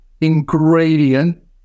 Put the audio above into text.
ingredient